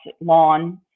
lawn